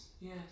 yes